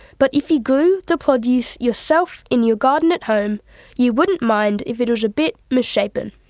but if you grew the produce yourself in your garden at home you wouldn't mind if it was a bit misshapen.